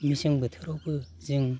मेसें बोथोरावबो जों